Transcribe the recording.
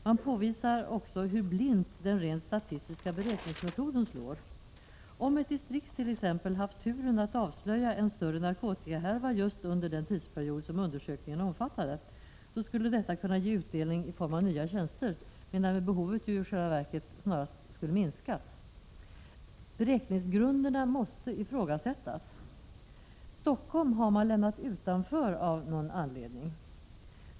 Man påvisar också hur blint den rent statistiska beräkningsmetoden slår. Om ett distrikt t.ex. haft turen att avslöja en större narkotikahärva just under den tidsperiod som undersökningen omfattade skulle detta kunna ge utdelning i form av nya tjänster, medan behovet i själva verket snarast skulle ha minskat. Beräkningsgrunderna måste ifrågasättas. Stockholm har av någon anledning lämnats utanför.